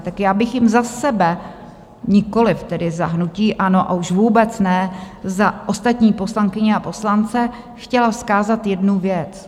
Tak já bych jim za sebe, nikoliv tedy za hnutí ANO, a už vůbec ne za ostatní poslankyně a poslance, chtěla vzkázat jednu věc.